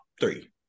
three